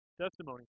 testimony